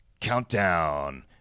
Countdown